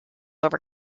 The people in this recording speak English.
over